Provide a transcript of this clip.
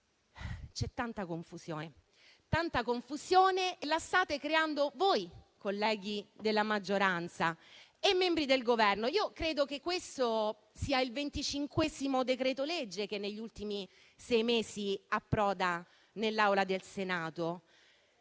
C'è tanta confusione, che state creando voi, colleghi della maggioranza e membri del Governo. Credo che questo sia il venticinquesimo decreto-legge che, negli ultimi sei mesi, approda nell'Aula del Senato.